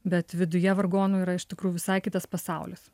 bet viduje vargonų yra iš tikrųjų visai kitas pasaulis